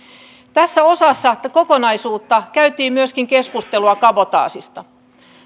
tässä osassa kokonaisuutta käytiin myöskin keskustelua kabotaasista